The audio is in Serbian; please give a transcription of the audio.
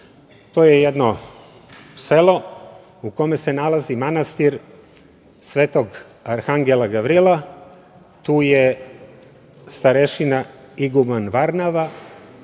To je jedno selo u kome se nalazi manastir svetog Arhangela Gavrila. Tu je starešina iguman Varnava